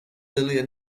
earlier